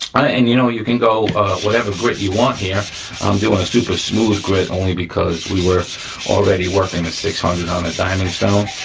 and you know, you can go whatever grit you want here. i'm doing a super smooth grit only because we were already working the six hundred on the diamond stone.